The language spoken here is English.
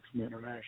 International